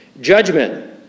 Judgment